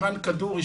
ערן כדורי,